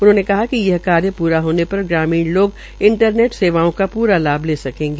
उन्होंने बताया कि यह कार्य पूरा हाने पर ग्रामीण लोग इंटरनेट सेवाओं का प्रा लाभ ले सकेंग